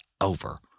over